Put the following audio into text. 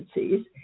agencies